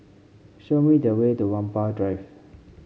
show me the way to Whampoa Drive